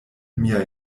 mia